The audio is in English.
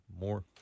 more